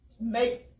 make